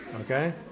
okay